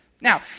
Now